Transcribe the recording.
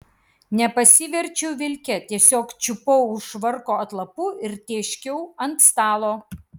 nepasiverčiau vilke tiesiog čiupau už švarko atlapų ir tėškiau ant stalo